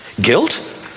Guilt